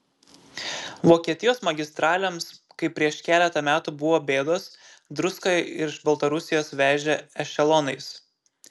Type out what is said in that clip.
vokietijos magistralėms kai prieš keletą metų buvo bėdos druską iš baltarusijos vežė ešelonais